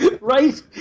Right